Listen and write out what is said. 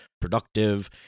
productive